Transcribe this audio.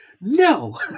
no